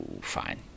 fine